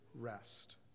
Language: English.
rest